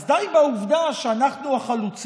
אז די בעובדה שאנחנו החלוצים.